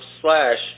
slash